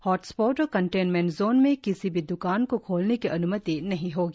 hotspot और containment zone में किसी भी द्कान को खोलने की अन्मति नहीं होगी